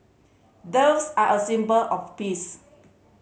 doves are a symbol of peace